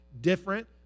different